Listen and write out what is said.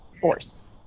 force